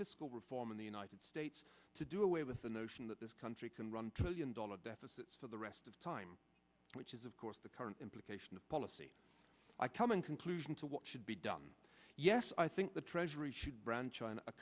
fiscal reform in the united states to do away with the notion that this country can run trillion dollar deficits for the rest of time which is of course the current implication of policy i come in conclusion to what should be done yes i think the treasury should bran